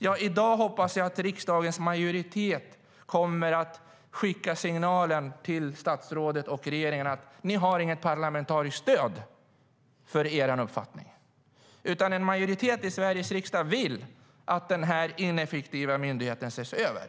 I dag hoppas jag att riksdagens majoritet kommer att skicka signalen till statsrådet och regeringen om att ni inte har något parlamentariskt stöd för er uppfattning. En majoritet i Sveriges riksdag vill att denna ineffektiva myndighet ses över.